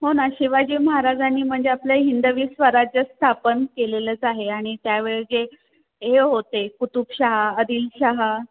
हो ना शिवाजी महाराजांनी म्हणजे आपल्या हिंदवी स्वराज्य स्थापन केलेलंच आहे आणि त्यावेळेस जे हे होते कुतुबशहा आदिलशाह